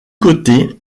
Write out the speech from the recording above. côté